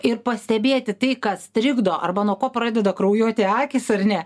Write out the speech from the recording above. ir pastebėti tai kas trikdo arba nuo ko pradeda kraujuoti akys ar ne